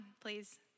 Please